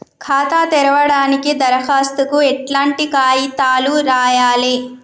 ఖాతా తెరవడానికి దరఖాస్తుకు ఎట్లాంటి కాయితాలు రాయాలే?